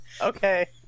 Okay